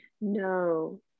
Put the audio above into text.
No